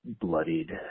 bloodied